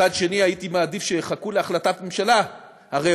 מצד שני אני הייתי מעדיף שיחכו להחלטת ממשלה, הרי